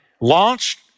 launched